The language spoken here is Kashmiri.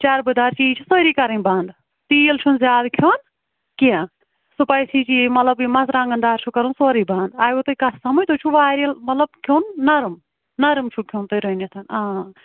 چربہٕ دار چیٖز چھِ سٲری کَرٕنۍ بنٛد تیٖل چھُنہٕ زیادٕ کھیٚون کیٚنٛہہ سُپایسی چیٖز مطلب یِم مرژٕوانٛگن دار چھُ کرُن سورُے بنٛد آیوٕ تۅہہِ کتھ سمٕجھ تۅہہِ چھُ واریاہ مطلب کھیٚون نرٕم نرِم چھُ کھیٚون تۅہہِ رٔنِتھ آ